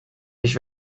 ich